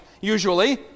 usually